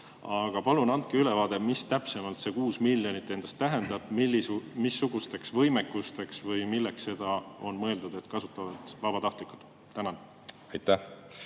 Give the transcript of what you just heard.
Aga palun andke ülevaade, mida täpsemalt see 6 miljonit tähendab. Missugusteks võimekusteks või milleks see on mõeldud, et kasutavad vabatahtlikud? Tänan,